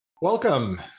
Welcome